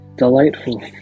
delightful